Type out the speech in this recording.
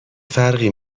فرقی